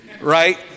right